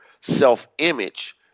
self-image